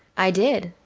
i did.